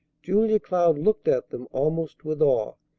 julia cloud looked at them almost with awe,